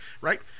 right